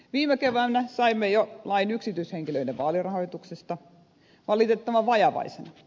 viime keväänä saimme jo lain yksityishenkilöiden vaalirahoituksesta valitettavan vajavaisena